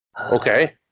okay